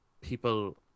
people